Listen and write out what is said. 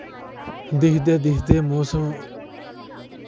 दिखदे दिखदे मोसम